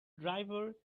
driver